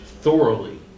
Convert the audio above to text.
thoroughly